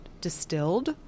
distilled